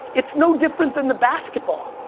it's no different than the basketball.